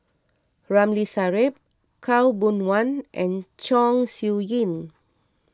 Ramli Sarip Khaw Boon Wan and Chong Siew Ying